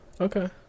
Okay